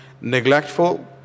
neglectful